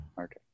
Okay